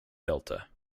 delta